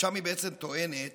שם היא בעצם טוענת